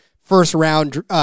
first-round